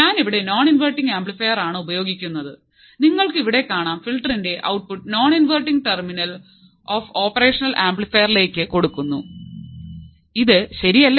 ഞാൻ ഇവിടെ non inverting amplifier ആണ് ഉപയോഗിക്കുന്നത് നിങ്ങൾക്കു ഇവിടെ കാണാം ഫിൽറ്ററിന്റെ output non inverting terminal of operational ആംപ്ലിഫൈറിലേക്കു കൊടുക്കുന്നു ഇത് ശെരിയല്ല